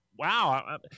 Wow